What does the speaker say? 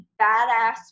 badass